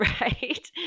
right